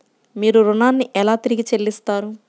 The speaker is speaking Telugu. మీరు ఋణాన్ని ఎలా తిరిగి చెల్లిస్తారు?